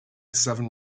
seven